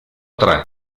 tre